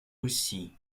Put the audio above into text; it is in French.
aussi